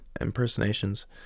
impersonations